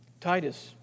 Titus